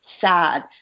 sad